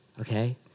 okay